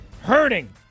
hurting